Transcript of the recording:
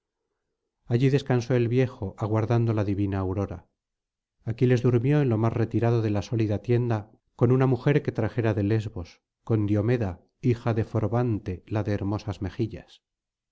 allí descansó el viejo aguardando la divina aurora aquiles durmió en lo más retirado de la sólida tienda con una mujer que trajera de lesbos con diomeda hija de forbante la de hermosas mejillas